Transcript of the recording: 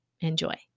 enjoy